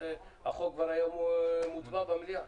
החוק כבר היה מוטמע במליאה.